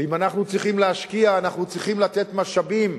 ואם אנחנו צריכים להשקיע, אנחנו צריכים לתת משאבים